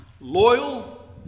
loyal